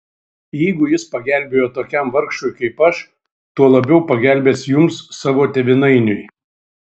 jeigu jis pagelbėjo tokiam vargšui kaip aš tuo labiau pagelbės jums savo tėvynainiui